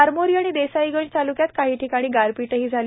आरमोरी व देसाईगंज ताल्क्यात काही ठिकाणी गारपीटही झाली